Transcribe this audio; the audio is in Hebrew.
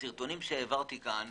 בסרטונים שהעברתי פה,